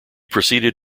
proceeded